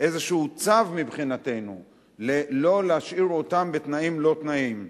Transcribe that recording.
איזה צו מבחינתנו לא להשאיר אותם בתנאים-לא-תנאים.